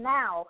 Now